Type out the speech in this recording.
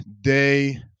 day